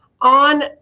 on-